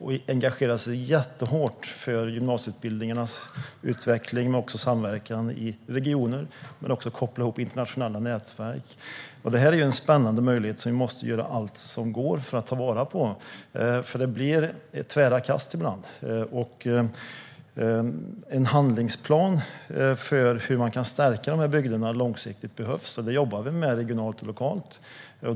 Man engagerar sig hårt för gymnasieutbildningarnas utveckling och samverkan i regioner, och man kopplar också ihop internationella nätverk. Detta är en spännande möjlighet som vi måste göra allt vi kan för att ta vara på. Det blir tvära kast ibland. En handlingsplan för att stärka dessa bygder långsiktigt behövs, och det jobbar vi med regionalt och lokalt.